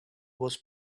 was